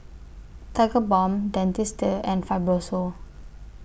Tigerbalm Dentiste and Fibrosol